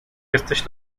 jesteś